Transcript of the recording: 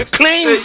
clean